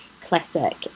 classic